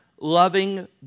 loving